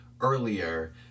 earlier